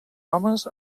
homes